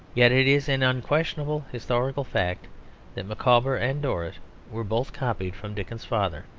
yet it is an unquestionable historical fact that micawber and dorrit were both copied from dickens's father,